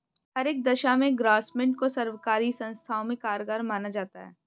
हर एक दशा में ग्रास्मेंट को सर्वकारी संस्थाओं में कारगर माना जाता है